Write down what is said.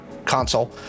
console